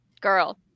Girl